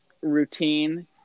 routine